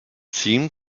seemed